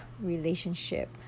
relationship